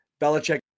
Belichick